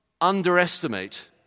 underestimate